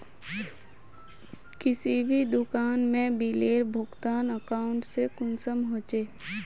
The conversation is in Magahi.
किसी भी दुकान में बिलेर भुगतान अकाउंट से कुंसम होचे?